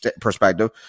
perspective